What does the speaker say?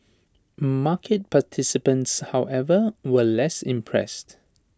market participants however were less impressed